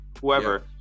whoever